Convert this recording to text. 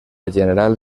general